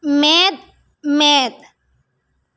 ᱢᱮᱸᱫ ᱢᱮᱸᱫ